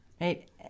Right